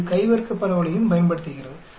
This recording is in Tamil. இது கை வர்க்க பரவலையும் பயன்படுத்துகிறது